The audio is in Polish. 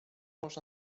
można